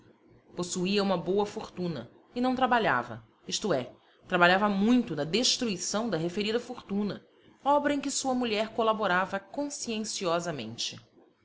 possuía uma boa fortuna e não trabalhava isto é trabalhava muito na destruição da referida fortuna obra em que sua mulher colaborava